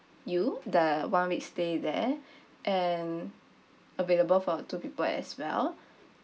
you the one week stay there and available for two people as well